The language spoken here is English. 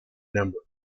numbers